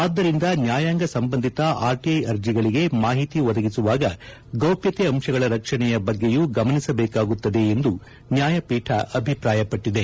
ಆದ್ದರಿಂದ ನ್ನಾಯಾಂಗ ಸಂಬಂಧಿತ ಆರ್ಟಿಐ ಅರ್ಜಿಗಳಿಗೆ ಮಾಹಿತಿ ಒದಗಿಸುವಾಗ ಗೌಪ್ಚತೆ ಅಂಶಗಳ ರಕ್ಷಣೆಯ ಬಗ್ಗೆಯೂ ಗಮನಿಸಬೇಕಾಗುತ್ತದೆ ಎಂದು ನ್ಯಾಯಪೀಠ ಅಭಿಪ್ರಾಯಪಟ್ಟದೆ